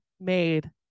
made